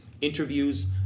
interviews